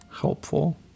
helpful